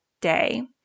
day